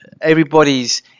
everybody's